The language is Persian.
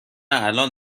الان